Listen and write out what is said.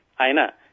aina